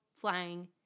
flying